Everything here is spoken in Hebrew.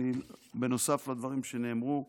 בנוסף לדברים שנאמרו עכשיו,